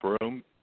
room